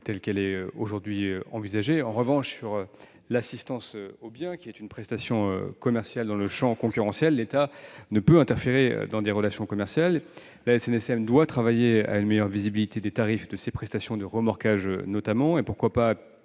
telle qu'elle est aujourd'hui envisagée. En revanche, l'assistance aux biens constitue une prestation commerciale qui entre dans le champ concurrentiel. Or l'État ne peut interférer dans des relations commerciales. La SNSM doit donc travailler à une meilleure visibilité des tarifs de ces prestations de remorquage, notamment, et- pourquoi pas